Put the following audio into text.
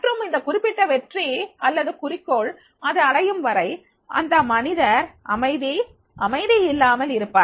மற்றும் இந்த குறிப்பிட்ட வெற்றி அல்லது குறிக்கோள் அது அடையும்வரை அந்த மனிதர் அமைதி அமைதி இல்லாமல் இருப்பார்